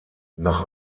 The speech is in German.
nach